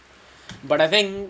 but I think